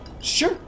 Sure